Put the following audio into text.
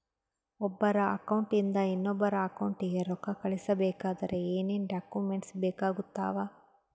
ಒಬ್ಬರ ಅಕೌಂಟ್ ಇಂದ ಇನ್ನೊಬ್ಬರ ಅಕೌಂಟಿಗೆ ರೊಕ್ಕ ಕಳಿಸಬೇಕಾದ್ರೆ ಏನೇನ್ ಡಾಕ್ಯೂಮೆಂಟ್ಸ್ ಬೇಕಾಗುತ್ತಾವ?